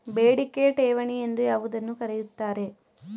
ಬೇಡಿಕೆ ಠೇವಣಿ ಎಂದು ಯಾವುದನ್ನು ಕರೆಯುತ್ತಾರೆ?